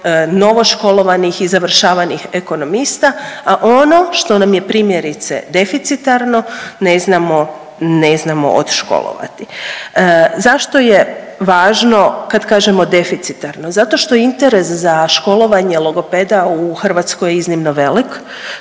novo školovanih i završavanih ekonomista, a ono što nam je primjerice deficitarno ne znamo, ne znamo odškolvati. Zašto je važno kad kažemo deficitarno? Zato što interes za školovanje logopeda u Hrvatskoj je iznimno velik,